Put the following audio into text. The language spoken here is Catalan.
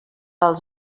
als